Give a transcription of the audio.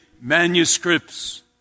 manuscripts